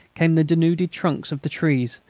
came the denuded trunks of the trees,